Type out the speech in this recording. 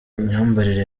imyambarire